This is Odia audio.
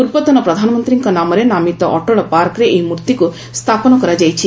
ପୂର୍ବତନ ପ୍ରଧାନମନ୍ତ୍ରୀଙ୍କ ନାମରେ ନାମିତ ଅଟଳ ପାର୍କରେ ଏହି ମୂର୍ତ୍ତିକୁ ସ୍ଥାପନ କରାଯାଇଛି